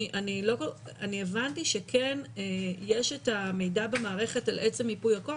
אני הבנתי שכן יש את המידע במערכת על עצם ייפוי הכוח.